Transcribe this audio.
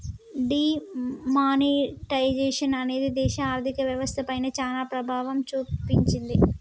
D monetisation అనేది దేశ ఆర్ధిక వ్యవస్థ పైన చానా ప్రభావం చూపించింది